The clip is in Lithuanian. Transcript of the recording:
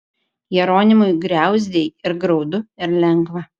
jeronimui griauzdei ir graudu ir lengva